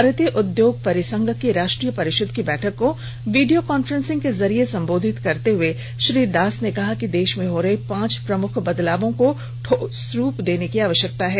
भारतीय उद्योग परिसंघ की राष्ट्रीय परिषद की बैठक को वीडियो काफ्रेंस के जरिये संबोधित करते हुए श्री दास ने कहा कि देश में हो रहे पांच प्रमुख बदलायों को ठोस रूप देने की आवश्यकता है